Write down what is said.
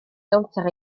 gownter